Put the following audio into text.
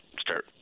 start –